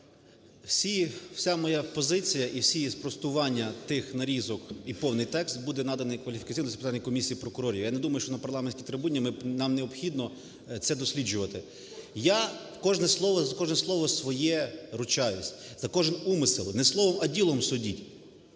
Вся моя позиція і всі її спростування тих нарізок і повний текст буде наданий Кваліфікаційній дисциплінарній комісії прокурорів. Я не думаю, що на парламентській трибуні нам необхідно це досліджувати. Я за кожне слово своє ручаюсь, за кожен умисел, не словом, а ділом судить.